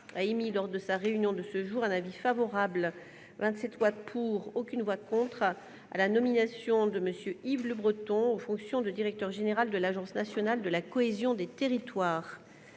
a émis, lors de sa réunion de ce jour, un avis favorable- 27 voix pour, aucune voix contre -à la nomination de M. Yves Le Breton aux fonctions de directeur général de l'Agence nationale de la cohésion des territoires.